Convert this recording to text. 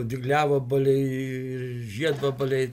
dygliavabaliai žiedvabaliai